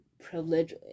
privilege